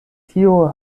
tio